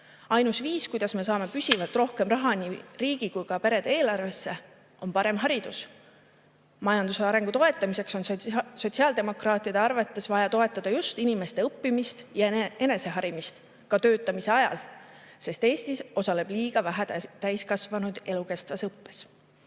ainus viis, kuidas me saame püsivalt rohkem raha nii riigi kui ka perede eelarvesse, on parem haridus. Majanduse arengu toetamiseks on sotsiaaldemokraatide arvates vaja toetada just inimeste õppimist ja eneseharimist ka töötamise ajal, sest Eestis osaleb liiga vähe täiskasvanuid elukestvas õppes.